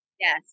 Yes